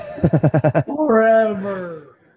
forever